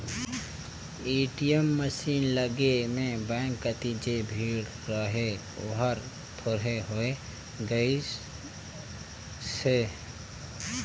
ATM machine लगे में bank कति जे भीड़ रहें ओहर थोरहें होय गईसे